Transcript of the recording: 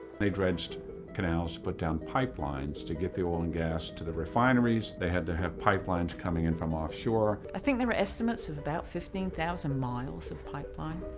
they dredged canals to put down pipelines to get the oil and gas to the refineries. they had to have pipelines coming in from offshore. i think there are estimates of about fifteen thousand miles of pipeline.